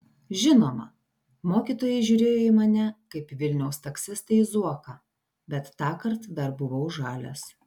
žinoma mokytojai žiūrėjo į mane kaip vilniaus taksistai į zuoką bet tąkart dar buvau žalias